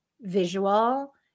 visual